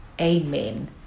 Amen